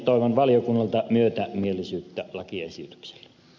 toivon valiokunnalta myötämielisyyttä lakiesitykselle